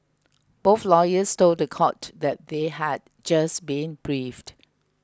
both lawyers told the court that they had just been briefed